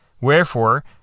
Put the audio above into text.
Wherefore